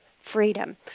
freedom